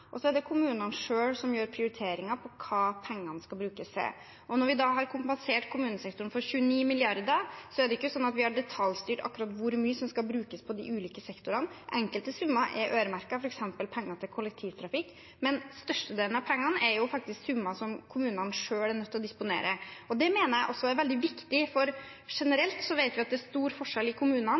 og så er det kommunene selv som gjør prioriteringer av hva pengene skal brukes til. Og når vi da har kompensert kommunesektoren for 29 mrd. kr, er det ikke slik at vi har detaljstyrt akkurat hvor mye som skal brukes på de ulike sektorene. Enkelte summer er øremerket, f.eks. penger til kollektivtrafikk, men størstedelen av pengene er faktisk summer som kommunene selv er nødt til å disponere. Det mener jeg også er veldig viktig, for generelt vet vi at det er stor forskjell i kommunene